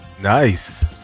Nice